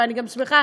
ואני שמחה